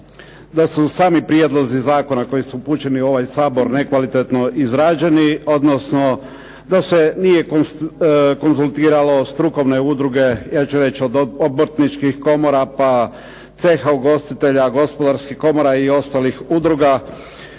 da su sami prijedlozi zakona koji su upućeni u ovaj Sabor nekvalitetno izrađeni, odnosno da se nije konzultiralo strukovne udruge, ja ću reći od obrtničkih komora, pa ceha ugostitelja, gospodarskih komora i ostalih udruga,